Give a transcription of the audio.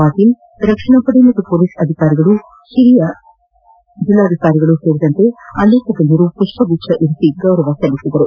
ಪಾಟೀಲ್ ರಕ್ಷಣಾ ಪಡೆ ಹಾಗೂ ಮೊಲೀಸ್ ಅಧಿಕಾರಿಗಳು ಜಿಲ್ಲೆಯ ಹಿರಿಯ ಅಧಿಕಾರಿಗಳು ಸೇರಿದಂತೆ ಅನೇಕ ಗಣ್ಣರು ಪುಷ್ವಗುಚ್ದ ಇರಿಸಿ ಗೌರವ ಸಲ್ಲಿಸಿದರು